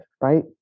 right